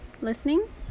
listening